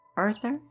Arthur